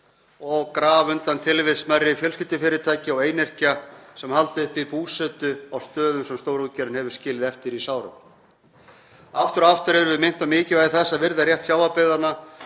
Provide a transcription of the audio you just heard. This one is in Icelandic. og grafa undan tilvist smærri fjölskyldufyrirtækja og einyrkja sem halda uppi búsetu á stöðum sem stórútgerðin hefur skilið eftir í sárum. Aftur og aftur erum við minnt á mikilvægi þess að virða rétt sjávarbyggðanna